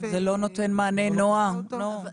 נעה, לא,